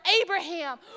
Abraham